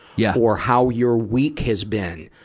yeah or how your week has been.